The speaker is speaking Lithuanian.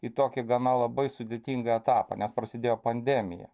į tokį gana labai sudėtingą etapą nes prasidėjo pandemija